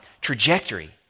trajectory